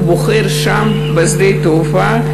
הוא בוחר שם בשדה התעופה,